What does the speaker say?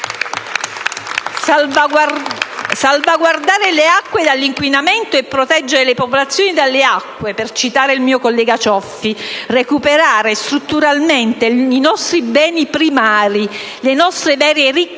salvaguardare le acque dall'inquinamento e proteggere le popolazioni dalle acque, per citare il mio collega Cioffi, recuperare strutturalmente i nostri beni primari, le nostre vere ricchezze,